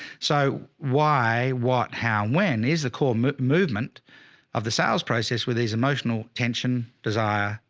so why, what, how, when is the core movement of the sales process where these emotional tension, desire,